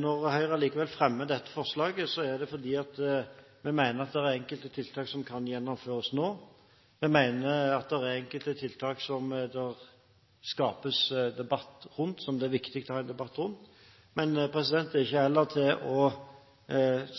Når Høyre likevel fremmer disse forslagene, er det fordi vi mener at det er enkelte tiltak som kan gjennomføres nå. Vi mener det er tiltak som det kan skapes debatt rundt, som det er viktig å ha en debatt rundt. Men det er heller ikke å